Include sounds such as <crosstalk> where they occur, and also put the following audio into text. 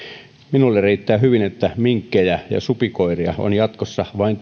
minulle riittää hyvin että minkkejä ja supikoiria on jatkossa vain <unintelligible>